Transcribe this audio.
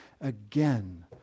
again